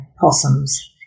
possums